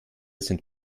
sind